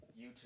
YouTube